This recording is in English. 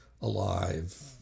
alive